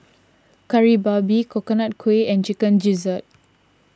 Kari Babi Coconut Kuih and Chicken Gizzard